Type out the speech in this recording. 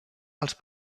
els